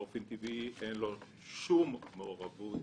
באופן טבעי אין לו שום מעורבות